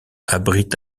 abritent